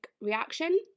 reaction